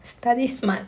study smart